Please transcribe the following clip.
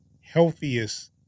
healthiest